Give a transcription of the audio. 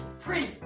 Prince